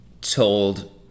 told